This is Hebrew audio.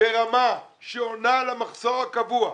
ברמה שעונה למחסור הקבוע,